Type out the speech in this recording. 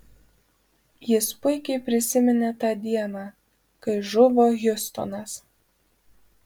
jis puikiai prisiminė tą dieną kai žuvo hiustonas